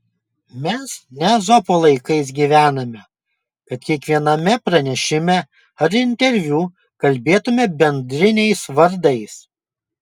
mes ne ezopo laikais gyvename kad kiekviename pranešime ar interviu kalbėtume bendriniais vardais